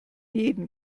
jeden